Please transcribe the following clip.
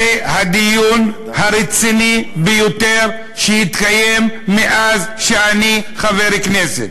הדיון הרציני ביותר שהתקיים בבית הזה מאז שאני חבר כנסת.